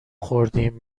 خوردیم